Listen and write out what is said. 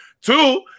Two